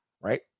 Right